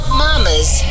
mama's